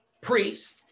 priests